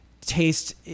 taste